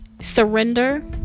surrender